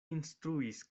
instruis